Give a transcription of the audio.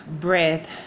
breath